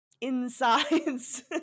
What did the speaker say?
insides